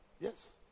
Yes